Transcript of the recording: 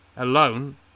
alone